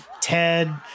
Ted